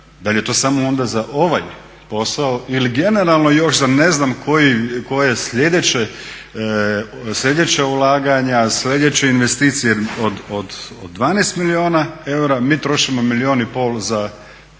Da li je to samo onda za ovaj posao ili generalno još za ne znam koje sljedeća ulaganja, sljedeće investicije. Od 12 milijuna eura mi trošimo milijun i pol za